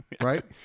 Right